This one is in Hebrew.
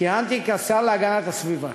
כיהנתי כשר להגנת הסביבה.